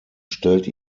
stellt